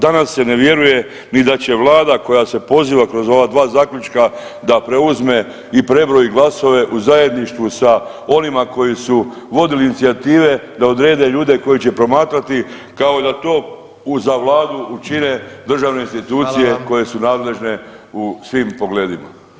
Danas se ne vjeruje ni da će Vlada koja se poziva kroz ova dva zaključka da preuzme i prebroji glasove u zajedništvu sa onima koji su vodili inicijative da odrede ljude koji će promatrati kao da to za Vladu učine državne institucije koje su nadležne u svim pogledima.